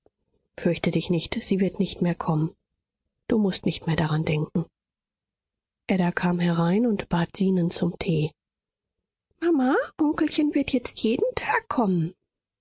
fürchte dich nicht sie wird nicht mehr kommen du mußt nicht mehr daran denken ada kam herein und bat zenon zum tee mama onkelchen wird jetzt jeden tag kommen